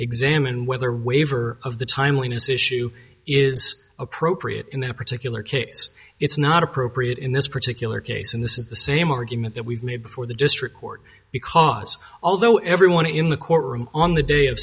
examine whether waiver of the timeliness issue is appropriate in this particular case it's not appropriate in this particular case and this is the same argument that we've made before the district court because although everyone in the courtroom on the day of